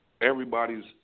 Everybody's